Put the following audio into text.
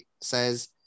says